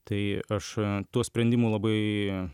tai aš tuo sprendimu labai